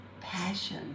passion